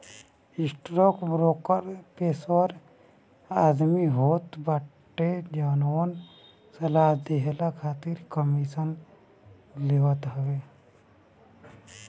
stockbroker पेशेवर आदमी होत बाने जवन सलाह देहला खातिर कमीशन लेत हवन